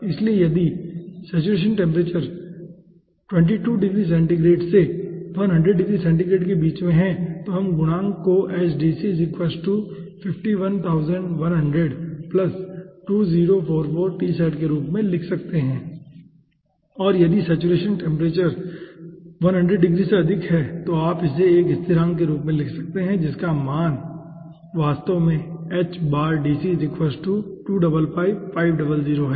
इसलिए यदि saturation temperature 22 degree centigrade से 100 डिग्री सेंटीग्रेड के बीच में है तो हम गुणांक को के रूप में लिख सकते हैं और यदि सैचुरेशन टेम्परेचर 100 डिग्री से अधिक है तो आप इसे एक स्थिरांक के रूप में लिख सकते हैं जिसका मान वास्तव में है ठीक है